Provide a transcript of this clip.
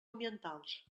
ambientals